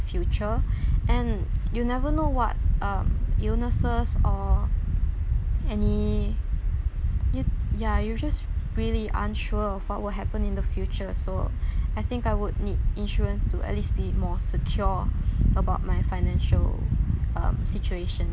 future and you'll never know what um illnesses or any y~ ya you just really unsure of what will happen in the future so I think I would need insurance to at least be more secure about my financial um situation